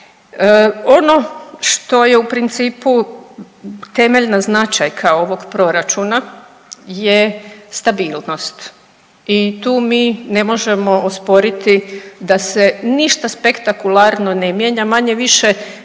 Ono što je u principu temeljna značajka ovog proračuna je stabilnost i tu mi ne možemo osporiti da se ništa spektakularno ne mijenja, manje-više cijeli